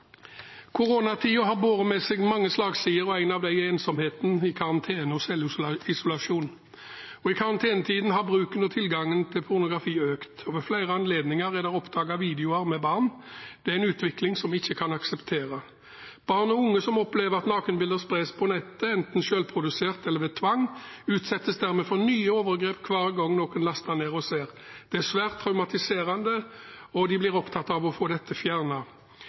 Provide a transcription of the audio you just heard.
har båret med seg mange slagsider. En av dem er ensomheten i karantene og selvisolasjon. I karantenetiden har bruken av og tilgangen til pornografi økt. Ved flere anledninger er det oppdaget videoer med barn. Dette er en utvikling som vi ikke kan akseptere. Barn og unge som opplever at nakenbilder spres på nettet, enten selvprodusert eller ved tvang, utsettes dermed for nye overgrep hver gang noen laster ned og ser. Det er svært traumatiserende, og de blir opptatt av å få dette